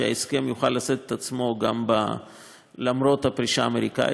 שההסכם יוכל לשאת את עצמו למרות הפרישה האמריקנית,